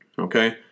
Okay